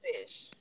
Fish